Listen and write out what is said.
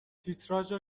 تیتراژ